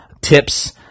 tips